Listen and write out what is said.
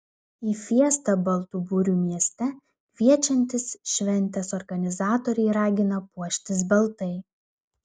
į fiestą baltų burių mieste kviečiantys šventės organizatoriai ragina puoštis baltai